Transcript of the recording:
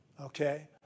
okay